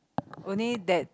only that